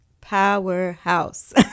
powerhouse